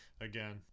Again